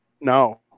No